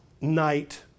night